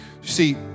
See